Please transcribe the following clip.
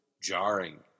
jarring